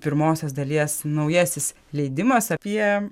pirmosios dalies naujasis leidimas apie